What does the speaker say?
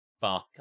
bath